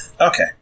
Okay